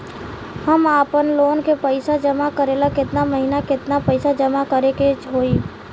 हम आपनलोन के पइसा जमा करेला केतना महीना केतना पइसा जमा करे के होई?